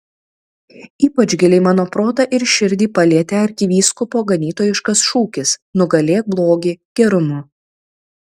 ypač giliai mano protą ir širdį palietė arkivyskupo ganytojiškas šūkis nugalėk blogį gerumu